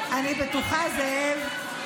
רק במילים, לא במעשים.